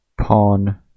Pawn